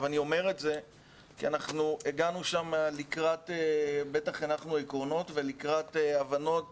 אני אומר את זה כי שם בטח הנחנו עקרונות ולקראת הבנות.